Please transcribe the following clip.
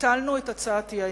ביטלנו את הצעת האי-אמון.